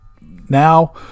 Now